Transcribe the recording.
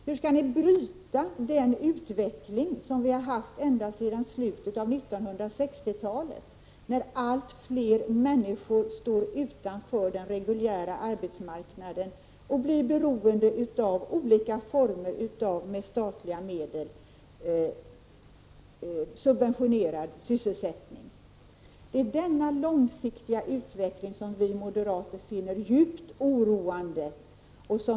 Hur skall ni bryta den utveckling som vi har haft ända sedan slutet av 1960-talet, och som innebär att allt fler människor står utanför den reguljära arbetsmarknaden och blir beroende av olika former av med statliga medel subventionerad sysselsättning? Denna långsiktiga utveckling finner vi moderater djupt oroande.